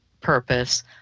purpose